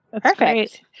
Perfect